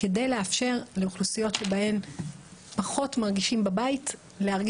תושב שאין לו אינטרנט בבית יכול להגיע